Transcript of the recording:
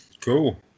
Cool